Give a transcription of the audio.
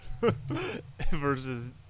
Versus